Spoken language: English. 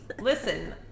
listen